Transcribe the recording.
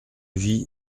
vie